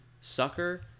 sucker